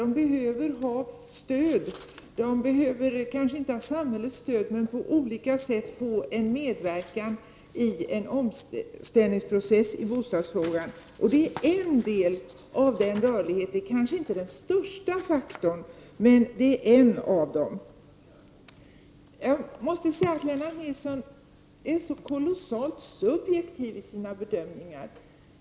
De behöver stöd, kanske inte samhällets stöd men de behöver på olika sätt få hjälp med en omställningsprocess när det gäller bostadsfrågan. Detta är en del i denna rörlighet, kanske inte den största, men den utgör ändå en bland andra faktorer. Lennart Nilsson är så kolossalt subjektiv i sina bedömningar.